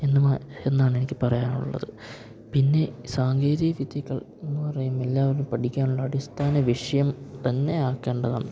എന്ന് എന്നാണെനിക്ക് പറയാനുള്ളത് പിന്നെ സാങ്കേതിക വിദ്യകൾ എന്നു പറയുമ്പോൾ എല്ലാവരും പഠിക്കാനുള്ള അടിസ്ഥാന വിഷയം തന്നെ ആക്കേണ്ടതാണ്